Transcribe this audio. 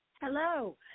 Hello